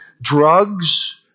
drugs